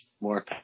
more